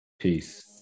Peace